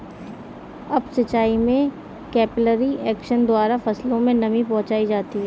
up सिचाई में capillary action द्वारा फसलों में नमी पहुंचाई जाती है